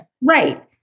Right